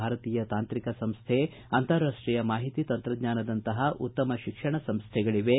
ಭಾರತೀಯ ತಾಂತ್ರಿಕ ಸಂಸ್ಕೆ ಅಂತಾರಾಷ್ಟೀಯ ಮಾಹಿತಿ ತಂತ್ರಜ್ಞಾನದಂತಹ ಉತ್ತಮ ಶಿಕ್ಷಣ ಸಂಸ್ಥೆಗಳಿವೆ